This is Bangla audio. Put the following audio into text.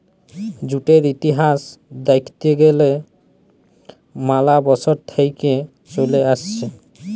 জুটের ইতিহাস দ্যাখতে গ্যালে ম্যালা বসর থেক্যে চলে আসছে